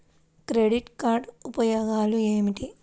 Credit card ఉపయోగాలు ఏమిటి?